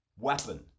weapon